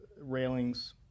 railings